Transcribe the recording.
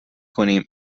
کنیم